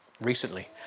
recently